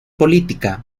política